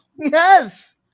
yes